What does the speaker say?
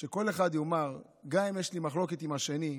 שכל אחד יאמר, גם אם יש לו מחלוקת עם השני,